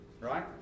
Right